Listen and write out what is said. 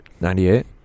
Ninety-eight